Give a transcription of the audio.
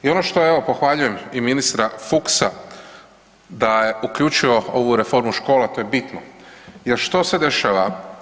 I ono što evo pohvaljujem i ministra Fuchsa da je uključio ovu reformu škola, to je bitno jer što se dešava?